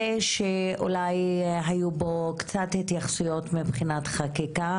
שאולי היו בו קצת התייחסויות מבחינת חקיקה,